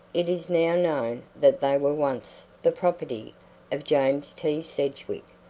it is now known that they were once the property of james t. sedgwick,